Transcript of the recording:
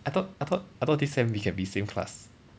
I thought I thought I thought this sem we can be same class